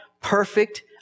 perfect